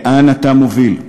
לאן אתה מוביל?